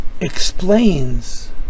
explains